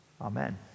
Amen